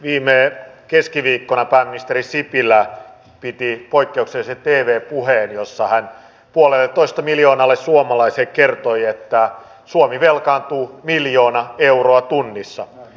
viime keskiviikkona pääministeri sipilä piti poikkeuksellisen tv puheen jossa hän puolelletoista miljoonalle suomalaiselle kertoi että suomi velkaantuu miljoona euroa tunnissa